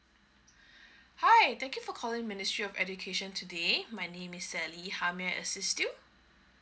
hi thank you for calling ministry of education today my name is sally how may I assist you